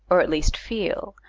or at least feel,